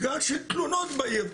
הגשתי תלונות בעיר.